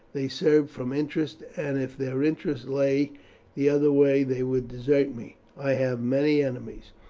they serve from interest, and if their interest lay the other way they would desert me. i have many enemies,